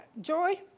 Joy